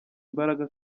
imbaraga